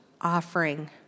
offering